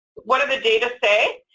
what do the data say,